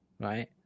right